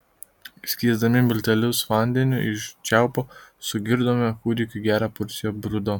skiesdami miltelius vandeniu iš čiaupo sugirdome kūdikiui gerą porciją brudo